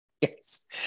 Yes